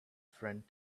friend